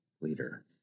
leader